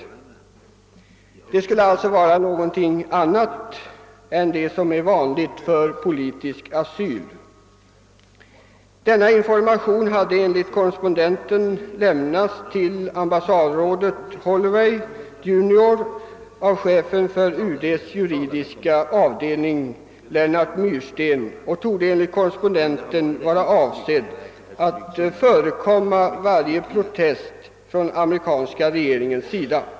För dem skulle alltså gälla något annat än det som är vanligt för sådana som åtnjuter politisk asyl. Denna information hade enligt korrespondenten lämnats till ambassadrådet Holloway j:r av chefen för UD:s juridiska avdelning Lennart Myrsten och torde enligt korrespondenten ha varit avsedd att förekomma varje protest från amerikanska regeringens sida.